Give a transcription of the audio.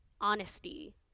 honesty